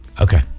Okay